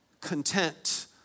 content